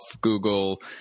Google